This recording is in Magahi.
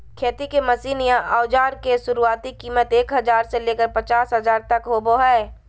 खेती के मशीन या औजार के शुरुआती कीमत एक हजार से लेकर पचास हजार तक होबो हय